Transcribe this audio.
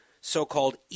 so-called